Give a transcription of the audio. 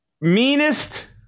meanest